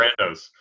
Brandos